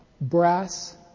brass